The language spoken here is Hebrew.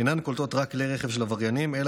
אינן קולטות רק כלי רכב של עבריינים אלא